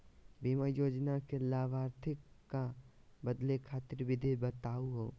बीमा योजना के लाभार्थी क बदले खातिर विधि बताही हो?